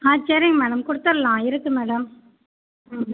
ஆ சரிங்க மேடம் கொடுத்துட்லாம் இருக்குது மேடம் ம்